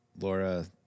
Laura